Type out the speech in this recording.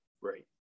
Right